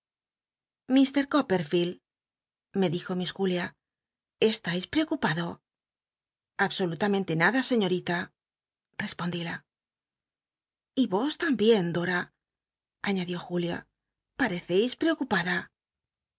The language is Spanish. mr copperfield me dijo miss julia estais preocupado absolutamente nada señorita respondila y vos tambien dora añadió julia pareceis preocupada